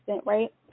right